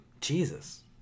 Jesus